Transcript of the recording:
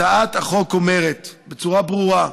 הצעת החוק אומרת בצורה ברורה: